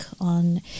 on